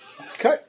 Okay